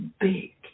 big